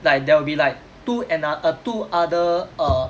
like there will be like two ano~ err two other err